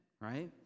right